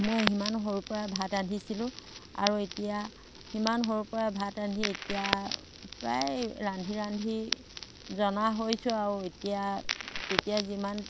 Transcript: মই সিমান সৰুৰ পৰাই ভাত ৰান্ধিছিলোঁ আৰু এতিয়া সিমান সৰুৰ পৰা ভাত ৰান্ধি এতিয়া প্ৰায় ৰান্ধি ৰান্ধি জনা হৈছোঁ আৰু এতিয়া তেতিয়া যিমান